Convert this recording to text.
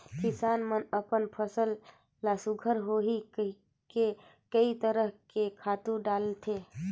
किसान मन अपन फसल ल सुग्घर होही कहिके कयो तरह के खातू डालथे